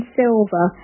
silver